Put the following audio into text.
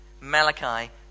Malachi